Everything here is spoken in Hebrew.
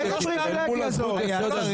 איזו פריבילגיה זאת?